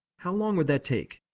how long would that take?